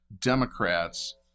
Democrats